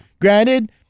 Granted